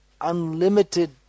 unlimited